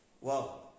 wow